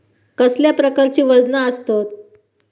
कसल्या प्रकारची वजना आसतत?